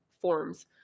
forms